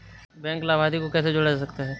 Bank लाभार्थी को कैसे जोड़ा जा सकता है?